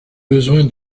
besoin